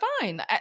fine